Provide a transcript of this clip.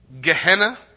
Gehenna